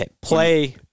play